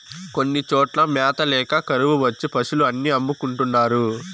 కొన్ని చోట్ల మ్యాత ల్యాక కరువు వచ్చి పశులు అన్ని అమ్ముకుంటున్నారు